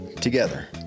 together